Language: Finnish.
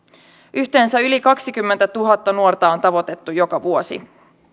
yhteensä yli kaksikymmentätuhatta nuorta on tavoitettu joka vuosi